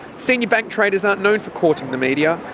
senior bank traders aren't known for courting the media.